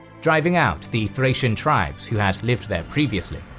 driving out the thracian tribes who had lived there previously.